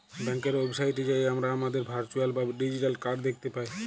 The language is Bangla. ব্যাংকের ওয়েবসাইটে যাঁয়ে আমরা আমাদের ভারচুয়াল বা ডিজিটাল কাড় দ্যাখতে পায়